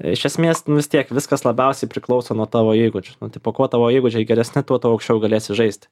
iš esmės nu vis tiek viskas labiausiai priklauso nuo tavo įgūdžių nu tipo kuo tavo įgūdžiai geresni tuo tu auksčiau galėsi žaisti